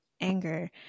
anger